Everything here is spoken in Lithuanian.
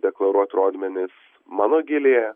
deklaruot rodmenis mano gilėje